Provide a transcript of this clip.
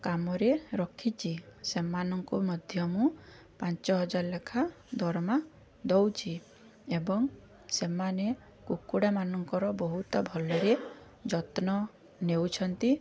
କାମରେ ରଖିଛି ସେମାନଙ୍କୁ ମଧ୍ୟ ମୁଁ ପାଞ୍ଚ ହଜାର ଲେଖା ଦରମା ଦେଉଛି ଏବଂ ସେମାନେ କୁକୁଡ଼ାମାନଙ୍କର ବହୁତ ଭଲରେ ଯତ୍ନ ନେଉଛନ୍ତି